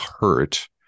hurt